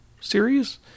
series